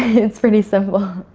it's pretty simple.